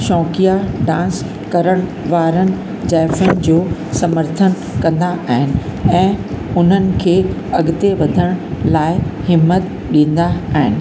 शौंक़िया dance करण वारनि ज़ाइफ़ुनि जो समर्थन कंदा आहिनि ऐं उन्हनि खे अॻिते वधण लाइ हिमथ ॾींदा आहिनि